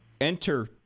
enter